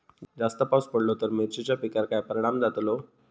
जास्त पाऊस पडलो तर मिरचीच्या पिकार काय परणाम जतालो?